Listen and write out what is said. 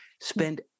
Spend